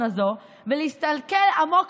שבמסגרתה חברו להן יחדיו מפלגה מסואבת ומפלגה של לאומנות